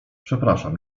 przepraszam